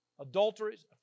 adulteries